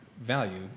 value